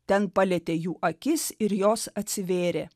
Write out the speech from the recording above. ten palietė jų akis ir jos atsivėrė